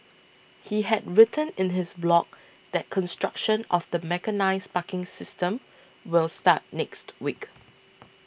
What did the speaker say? he had written in his blog that construction of the mechanised parking system will start next week